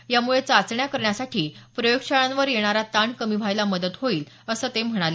यामुळे चाचण्या करण्यासाठी प्रयोगशाळांवर येणारा ताण कमी व्हायला मदत होईल असं ते म्हणाले